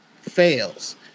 fails